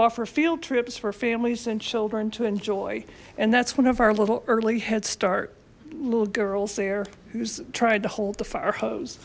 offer field trips for families and children to enjoy and that's one of our little early headstart little girls there who's tried to hold the fire hose